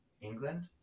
England